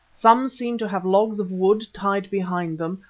some seemed to have logs of wood tied behind them,